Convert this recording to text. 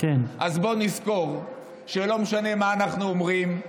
אז בואו נזכור שלא משנה מה אנחנו אומרים,